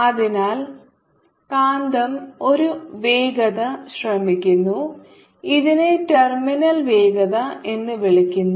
അതിനാൽ കാന്തം ഒരു വേഗത ശ്രമിക്കുന്നു ഇതിനെ ടെർമിനൽ വേഗത എന്ന് വിളിക്കുന്നു